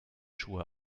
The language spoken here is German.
schuhe